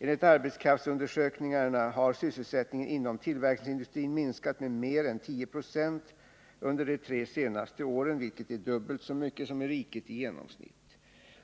Enligt arbetskraftsundersökningarna har sysselsättningen inom tillverkningsindustrin minskat med mer än 10 96 under de tre senaste åren, vilket är dubbelt så mycket som i riket i genomsnitt.